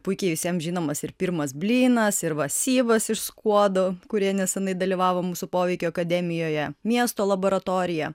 puikiai visiem žinomas ir pirmas blynas ir va syvas iš skuodo kurie neseniai dalyvavo mūsų poveikio akademijoje miesto laboratorija